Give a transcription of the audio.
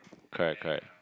correct correct